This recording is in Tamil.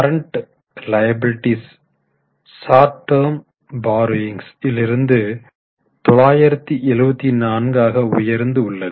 current liabilities short term borrowings ௦ லிருந்து 974 ஆக உயர்ந்து உள்ளது